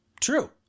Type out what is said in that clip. True